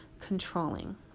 controlling